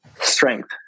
strength